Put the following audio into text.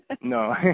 No